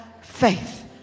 faith